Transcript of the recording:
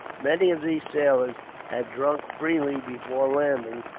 many of these sailors had drunk freely before landing,